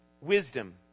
Wisdom